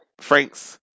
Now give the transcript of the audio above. frank's